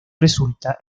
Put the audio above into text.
resulta